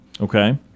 Okay